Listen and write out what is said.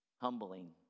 Humbling